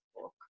book